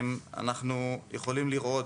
אנחנו יכולים לראות